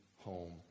home